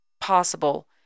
possible